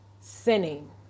sinning